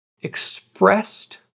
expressed